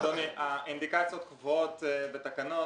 אדוני, האינדיקציות קבועות בתקנות.